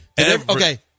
Okay